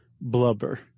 blubber